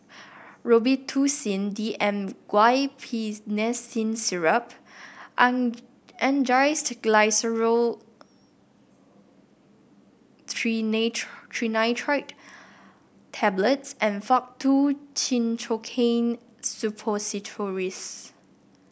Robitussin D M Guaiphenesin Syrup Angised Glyceryl Trinitrate Tablets and Faktu Cinchocaine Suppositories